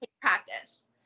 practice